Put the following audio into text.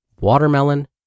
watermelon